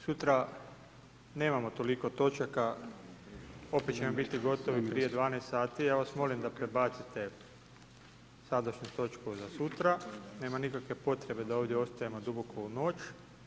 Sutra nemamo toliko točaka, opet ćemo biti gotovo prije 12 sati, ja vas molim da prebacite sadašnju točku za sutra, nema nikakve potrebe da ovdje ostajemo duboko u noć.